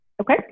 Okay